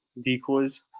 decoys